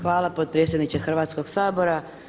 Hvala potpredsjedniče Hrvatskoga sabora.